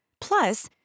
Plus